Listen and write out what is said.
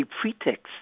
pretext